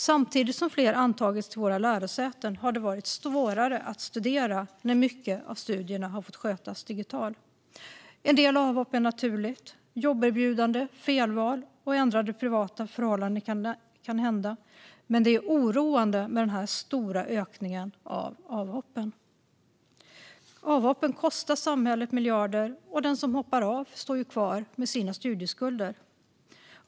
Samtidigt som fler antagits till våra lärosäten har det varit svårare att studera när mycket av studierna har fått skötas digitalt. Det är naturligt med en del avhopp; det kan handla om jobberbjudanden, felval och ändrade privata förhållanden. Men det är oroande med denna stora ökning av antalet avhopp. Avhoppen kostar samhället miljarder, och den som hoppar av har kvar sina studieskulder.